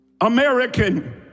American